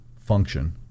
function